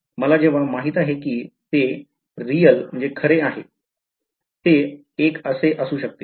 मला जेव्हा माहित आहे कि ते खरे आहे ते एक असू शकते